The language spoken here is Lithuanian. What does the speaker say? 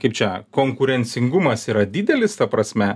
kaip čia konkurencingumas yra didelis ta prasme